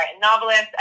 novelist